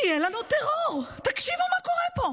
יהיה לנו טרור, תקשיבו מה קורה פה,